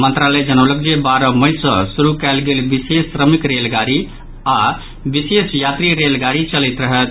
मंत्रालय जनौलक जे बारह मई सँ शुरू कयल गेल विशेष श्रमिक रेलगाड़ी आओर विशेष यात्री रेलगाड़ी चलैत रहत